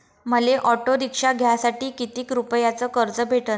मले auto rickshaw घ्यासाठी कितीक रुपयाच कर्ज भेटनं?